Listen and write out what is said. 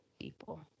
people